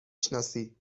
شناسی